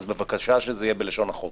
אז בבקשה שזה יהיה בלשון החוק.